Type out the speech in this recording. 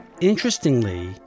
Interestingly